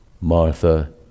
Martha